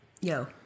Yo